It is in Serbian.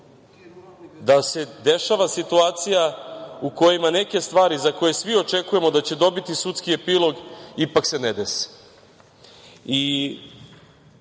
da se dešavaju situacije u kojima neke stavi za koje očekujemo da će dobiti sudski epilog ipak se ne dese. Sve